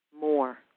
more